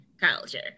culture